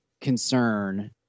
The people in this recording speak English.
concern